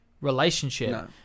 relationship